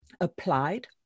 applied